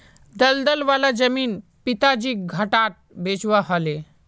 दलदल वाला जमीन पिताजीक घटाट बेचवा ह ले